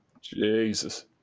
Jesus